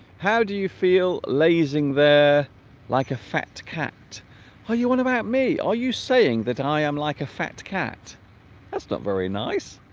how do you feel lazing there like a fat cat are you one about me are you saying that and i am like a fat cat that's not very nice